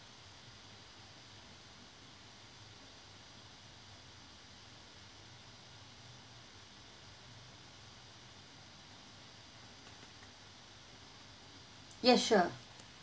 yes sure